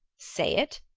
say it?